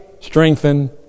strengthen